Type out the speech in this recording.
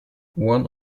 one